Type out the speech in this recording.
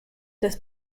des